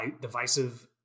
divisive